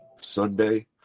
sunday